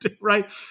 right